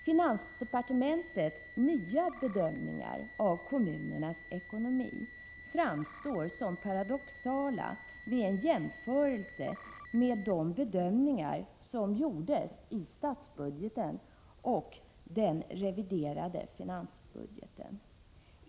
Finansdepartementets nya bedömningar av kommunernas ekonomi framstår som paradoxala vid en jämförelse med de bedömningar som gjordes i statsbudgeten och den reviderade finansbudgeten.